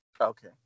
Okay